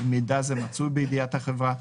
אם מידע זה מצוי בידיעת החברה,